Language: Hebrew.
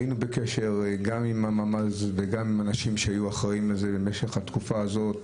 היינו בקשר גם עם הממ"ז וגם עם אנשים שהיו אחראים לזה במשך התקופה הזו.